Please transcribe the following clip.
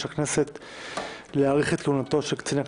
הכנסת להאריך את כהונתו של קצין הכנסת,